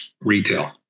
retail